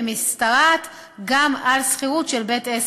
והיא משתרעת גם על שכירות של בית-עסק.